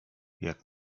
jak